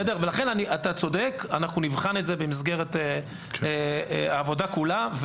אתה צודק, אנחנו נבחן את זה במסגרת העבודה כולה.